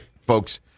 folks